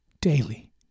daily